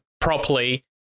properly